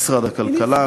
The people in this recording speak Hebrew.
משרד הכלכלה,